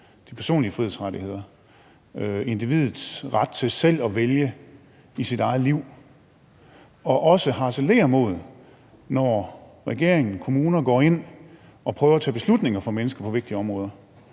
de personlige frihedsrettigheder, individets ret til selv at vælge i sit eget liv, og også harcelerer mod, når regeringen og kommunerne går ind og prøver at tage beslutninger for mennesker på vigtige områder.